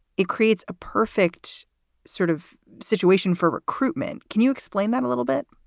it creates a perfect sort of situation for recruitment. can you explain that a little bit?